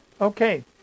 okay